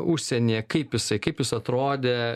užsienyje kaip jisai kaip jis atrodė